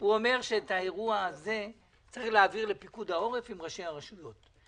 הוא אומר שאת האירוע הזה צריך להעביר לפיקוד העורף עם ראשי הרשויות.